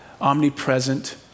omnipresent